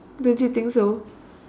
don't you think so